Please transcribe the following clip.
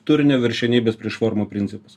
turinio viršenybės prieš formų principas